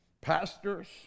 pastors